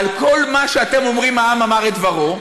על כל מה שאתם אומרים: העם אמר את דברו.